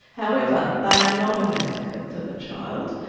however, they are not an advocate for the child.